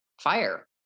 fire